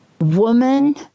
woman